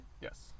Yes